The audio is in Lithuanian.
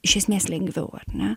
iš esmės lengviau ar ne